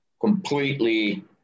completely